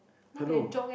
hello